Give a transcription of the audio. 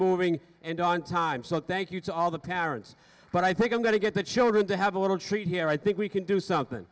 moving and on time so thank you to all the parents but i think i'm going to get the children to have a little treat here i think we can do something